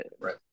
Right